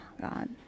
God